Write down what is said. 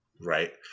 Right